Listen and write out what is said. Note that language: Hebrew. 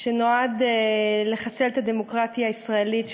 שנועד לחסל את הדמוקרטיה הישראלית,